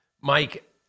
Mike